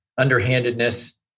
underhandedness